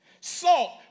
Salt